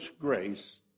grace